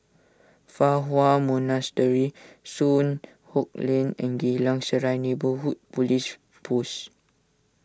Fa Hua Monastery Soon Hock Lane and Geylang Serai Neighbourhood Police Post